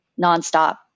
nonstop